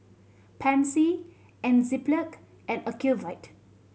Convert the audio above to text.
Pansy Enzyplex and Ocuvite